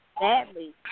badly